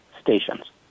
stations